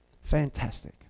Fantastic